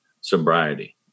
sobriety